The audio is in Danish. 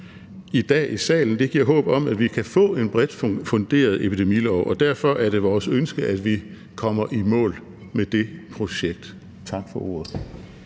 i dag i salen, giver håb om, at vi kan få en bredt funderet epidemilov. Derfor er det vores ønske, at vi kommer i mål med det projekt. Tak for ordet.